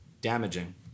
damaging